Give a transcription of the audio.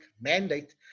mandate